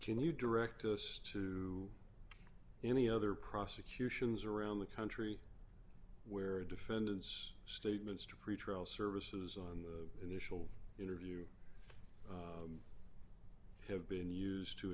can you direct us to any other prosecutions around the country where a defendant's statements to pretrial services on the initial interview have been used to